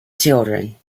children